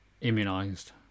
immunized